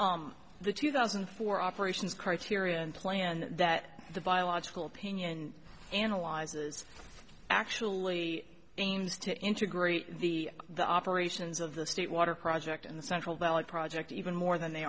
smelt the two thousand and four operations criterion plan that the biological opinion and analyzes actually aims to integrate the the operations of the state water project in the central valley project even more than they